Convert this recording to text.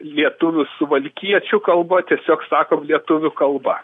lietuvių suvalkiečių kalba tiesiog sakom lietuvių kalba